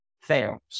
fails